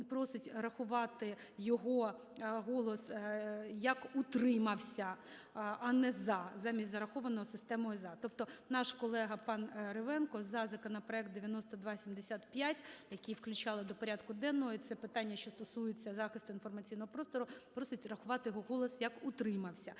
просить рахувати його голос як "утримався", а не "за" замість зарахованого системою "за". Тобто наш колега пан Кривенко за законопроект 9275, який включали до порядку денного, і це питання, що стосується захисту інформаційного простору, просить врахувати його голос як "утримався".